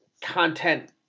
content